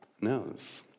knows